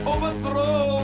Overthrow